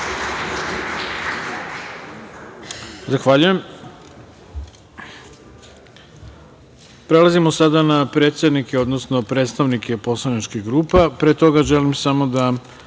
Zahvaljujem. Prelazimo sada na predsednike, odnosno predstavnike poslaničkih grupa. Pre toga, želim samo da,